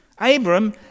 Abram